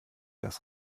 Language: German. das